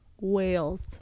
whales